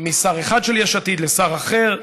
משר אחד של יש עתיד לשר אחר,